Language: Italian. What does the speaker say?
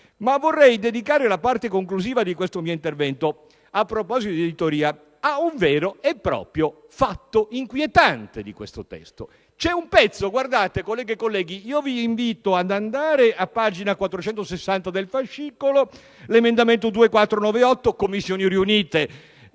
Vorrei dedicare la parte conclusiva del mio intervento, a proposito di editoria, ad un vero e proprio fatto inquietante del testo.